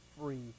free